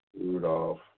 Rudolph